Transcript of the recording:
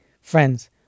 friends